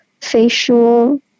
facial